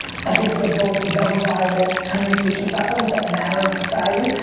i think they're both very viable communication platforms that matter in society.